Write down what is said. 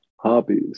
hobbies